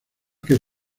que